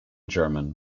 german